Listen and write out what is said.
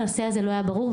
הנושא הזה לא היה ברור,